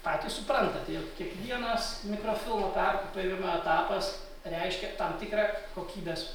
patys suprantate jog kiekvienas mikrofilmo perkopijavimo etapas reiškia tam tikrą kokybės